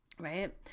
Right